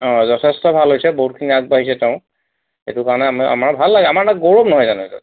অ যথেষ্ট ভাল হৈছে বহুতখিনি আগবাঢ়িছে তেওঁ সেইটো কাৰণে আমাৰ আমাৰ ভাল লাগে আমাৰ কাৰণে গৌৰব নহয় জানো এইটো